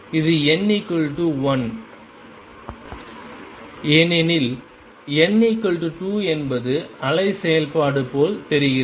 இது n 1 ஏனெனில் n 2 என்பது அலை செயல்பாடு போல் தெரிகிறது